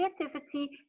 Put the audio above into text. creativity